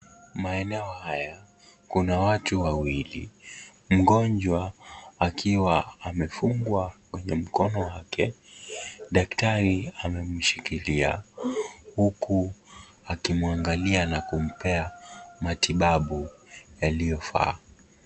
Maeneo haya kuna watu wawili. Mgonjwa akiwa amefungwa kwenye mkono wake. Daktari amemshikilia huku akimwangalia na kumpea matibabu yaliofaa.